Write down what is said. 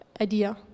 idea